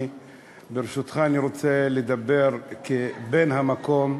ברשותך, אני רוצה לדבר כבן המקום,